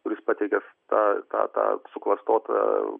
kuris pateiktas tą tą tą suklastotą